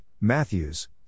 Matthews